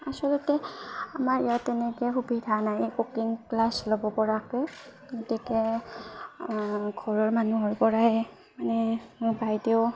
আচলতে আমাৰ ইয়াত তেনেকৈ সুবিধা নাই কুকিং ক্লাছ ল'ব পৰাকৈ গতিকে ঘৰৰ মানুহৰ পৰাই মানে বাইদেউ